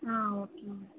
ah okay ma'am